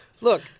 Look